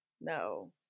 no